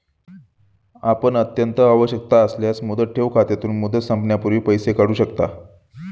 आपण अत्यंत आवश्यकता असल्यास मुदत ठेव खात्यातून, मुदत संपण्यापूर्वी पैसे काढू शकता